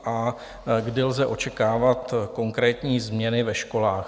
A kdy lze očekávat konkrétní změny ve školách?